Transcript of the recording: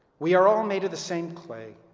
we are all made of the same clay.